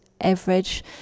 average